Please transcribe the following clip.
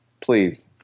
Please